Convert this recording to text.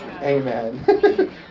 Amen